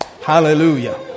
Hallelujah